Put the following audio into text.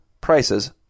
prices